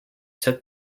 took